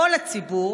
כל הציבור,